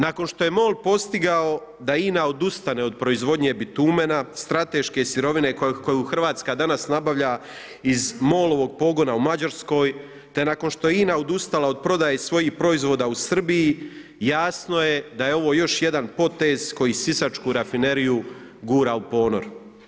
Nakon što je MOL postigao da INA odustane od proizvodnje bitumena, strateške sirovine koju Hrvatska danas nabavlja iz MOL-ovo pogona u Mađarskoj te nakon što INA je odustala od prodaje svojih proizvoda u Srbiji, jasno je da je ovo još jedan potez koji sisačku rafineriju gura u ponor.